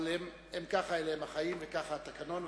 אבל אלה הם החיים וכך הוא התקנון,